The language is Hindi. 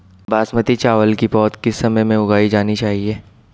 बासमती चावल की पौध किस समय उगाई जानी चाहिये?